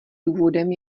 důvodem